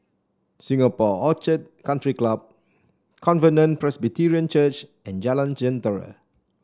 Singapore Orchid Country Club Covenant Presbyterian Church and Jalan Jentera